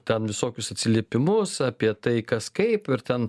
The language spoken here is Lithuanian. ten visokius atsiliepimus apie tai kas kaip ir ten